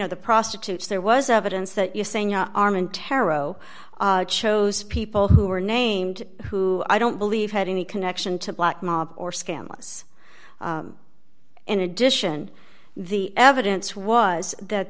of the prostitutes there was evidence that you're saying armand taro chose people who were named who i don't believe had any connection to black mob or scandalous in addition the evidence was that